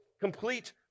Complete